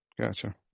Gotcha